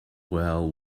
well